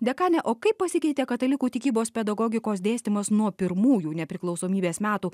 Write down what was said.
dekane o kaip pasikeitė katalikų tikybos pedagogikos dėstymas nuo pirmųjų nepriklausomybės metų